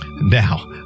Now